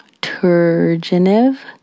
Turgenev